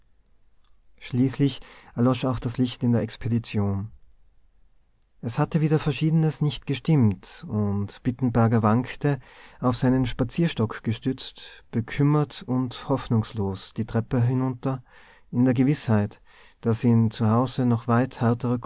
schließlich erlosch auch das licht in der expedition es hatte wieder verschiedenes nicht gestimmt und bittenberger wankte auf seinen spazierstock gestützt bekümmert und hoffnungslos die treppe hinunter in der gewißheit daß ihn zu hause noch weit